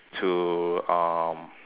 to uh